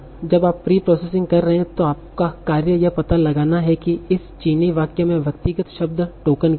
जब आप preprocessing कर रहे हैं तो आपका कार्य यह पता लगाना है कि इस चीनी वाक्य में व्यक्तिगत शब्द टोकन क्या हैं